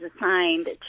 assigned